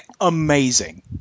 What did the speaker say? amazing